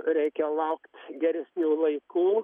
reikia laukt geresnių laikų